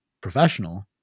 professional